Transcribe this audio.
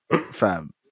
fam